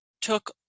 took